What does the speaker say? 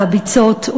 והביצות,